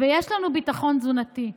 ויש לנו ביטחון תזונתי.